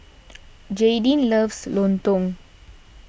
Jaydin loves Lontong